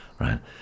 right